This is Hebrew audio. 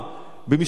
במשפט אחד.